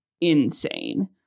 insane